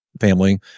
family